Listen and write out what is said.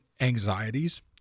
anxieties